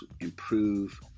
improve